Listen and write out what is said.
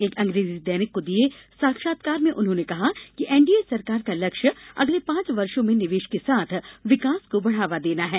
एक अंग्रेजी दैनिक को दिए साक्षात्कार में उन्होंने कहा कि एनडीए सरकार का लक्ष्य अगले पांच वर्षो में निवेश के साथ विकास को बढ़ावा देना है